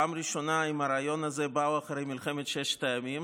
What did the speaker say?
בפעם הראשונה באו עם הרעיון הזה אחרי מלחמת ששת הימים.